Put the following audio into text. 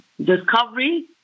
discovery